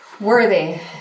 worthy